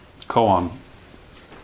koan